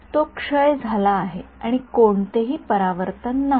तर तो क्षय झाला आहे आणि कोणतेही परावर्तन नाही